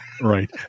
Right